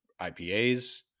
IPAs